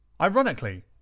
Ironically